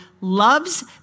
loves